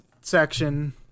section